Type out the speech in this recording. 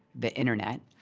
the internet.